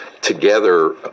together